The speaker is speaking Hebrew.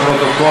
לפרוטוקול,